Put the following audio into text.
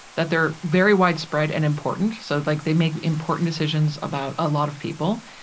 that they're very widespread and important, so like they make important decisions about a lot of people.